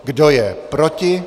Kdo je proti?